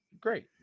great